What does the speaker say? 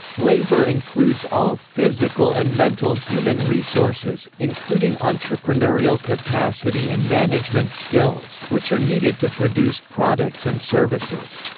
labor includes all physical and mental human resources, including entrepreneurial capacity and management skills, which are needed to produce products and services.